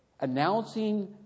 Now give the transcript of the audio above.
announcing